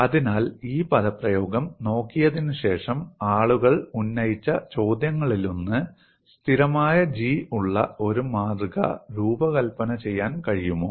അതിനാൽ ഈ പദപ്രയോഗം നോക്കിയതിന് ശേഷം ആളുകൾ ഉന്നയിച്ച ചോദ്യങ്ങളിലൊന്ന് സ്ഥിരമായ G ഉള്ള ഒരു മാതൃക രൂപകൽപ്പന ചെയ്യാൻ കഴിയുമോ